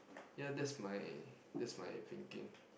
ya that's my that's my thinking